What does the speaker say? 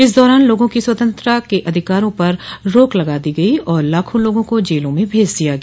इस दौरान लोगों की स्वतंत्रता के अधिकारों पर रोक लगा दी गई और लाखों लोगों को जेलों में भेज दिया गया